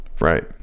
Right